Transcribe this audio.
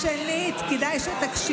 ציוני שווה גזעני, כדאי שתקשיבי.